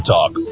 Talk